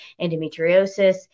endometriosis